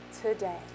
today